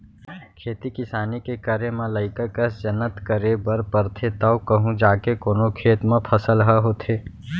खेती किसानी के करे म लइका कस जनत करे बर परथे तव कहूँ जाके कोनो खेत म फसल ह होथे